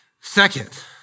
Second